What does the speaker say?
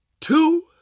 two